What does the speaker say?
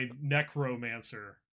necromancer